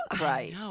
Right